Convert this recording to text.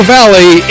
Valley